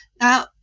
Now